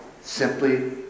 simply